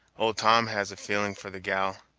old tom has a feeling for the gal,